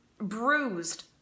bruised